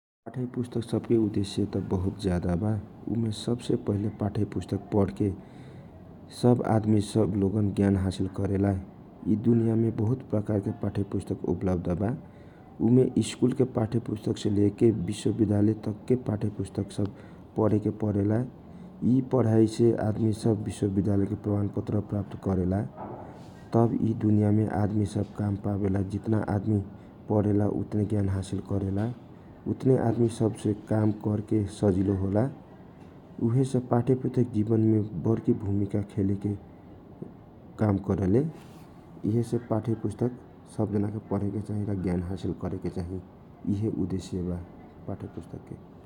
पाठयपुस्तक सबके उदेशय त बहुत जयदा बा उमे सब से पहिले पाठयपुतक पढके सब आदमी ज्ञान हासिल करेला यि दुनिया मे बहुत प्रकारके पाठयपुस्तक प्रयोग होवेला उमे स्कुल के पाठयपुस्तक से लेकर विश्वविद्यालय तक के पाठयपुस्तक पढ के आदमी सब पढाई करेला यि पढाई से विश्विद्यालय के प्रमाण प्रत्र हासिल करेला तब यि दुनिया मे काम पावेला जितना पढेला उतना ज्ञान हासिल होवेला उतनो काम करेला सजिलो होवेला उहेसे पाठय पुस्तक जिवन मे मुख्य भुमिका खेलेला ।